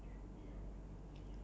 ya I don't think